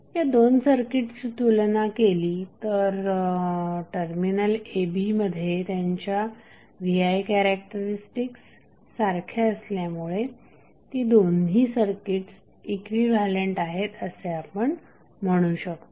या दोन सर्किटची तुलना केली तर टर्मिनल a b मध्ये त्यांच्या V I कॅरेक्टरिस्टिक्स सारख्या असल्यामुळे ती दोन्ही सर्किट्स इक्विव्हॅलंट आहेत असे आपण म्हणू शकतो